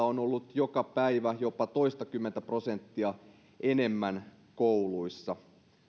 on ollut joka päivä jopa toistakymmentä prosenttia enemmän kouluissa